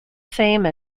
same